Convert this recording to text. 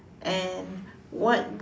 and what